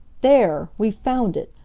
there! we've found it.